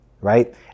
right